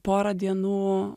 porą dienų